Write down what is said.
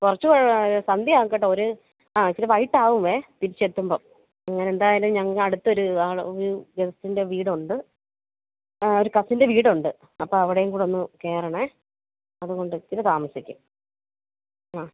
കുറച്ച് സന്ധ്യയാവും കേട്ടോ ഒരു ആ ഇച്ചിരി വൈകിയിട്ടാവുവേ തിരിച്ചെത്തുമ്പം എന്തായാലും ഞങ്ങൾക്ക് അടുത്തൊരു ആൾ ഫ്രണ്ട്സിൻ്റെ വീടുണ്ട് ആ ഒരു കസിൻ്റെ വീടുണ്ട് അപ്പം അവിടേയും കൂടെയൊന്ന് കയറണേ അതുകൊണ്ട് ഇച്ചിരി താമസിക്കും ആ